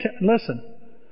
Listen